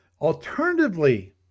alternatively